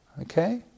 Okay